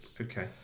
Okay